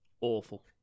Awful